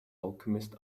alchemist